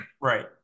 Right